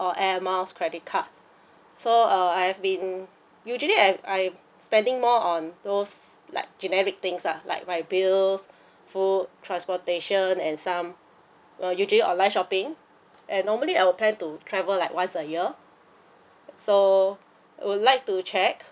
or air miles credit card so uh I have been usually I I spending more on those like generic things lah like my bills food transportation and some err usually online shopping and normally I would plan to travel like once a year so I would like to check